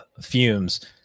fumes